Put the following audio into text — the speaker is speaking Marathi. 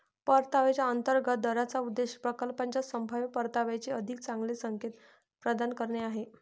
परताव्याच्या अंतर्गत दराचा उद्देश प्रकल्पाच्या संभाव्य परताव्याचे अधिक चांगले संकेत प्रदान करणे आहे